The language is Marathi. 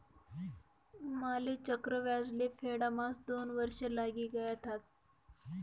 माले चक्रव्याज ले फेडाम्हास दोन वर्ष लागी गयथात